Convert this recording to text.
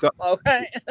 Okay